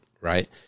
right